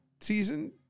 season